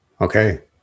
Okay